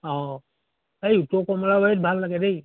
অঁ এই উত্তৰ কমলাবাৰীত ভাল লাগে দেই